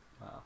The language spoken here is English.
Wow